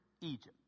Egypt